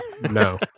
No